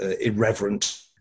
irreverent